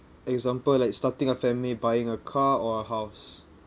example like starting a family buying a car or a house